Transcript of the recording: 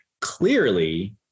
clearly